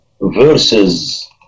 verses